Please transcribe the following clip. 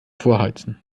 vorheizen